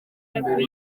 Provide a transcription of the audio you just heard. mbere